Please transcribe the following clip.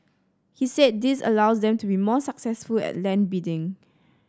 he said this allows them to be more successful at land bidding